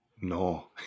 no